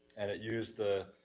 and it used the,